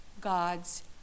God's